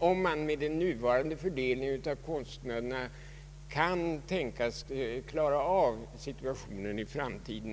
om man med den nuvarande fördelningen av anslagen kan klara av situationen i framtiden.